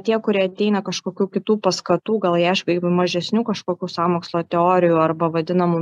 tie kurie ateina kažkokių kitų paskatų gal ieško mažesnių kažkokių sąmokslo teorijų arba vadinamų